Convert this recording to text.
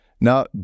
Now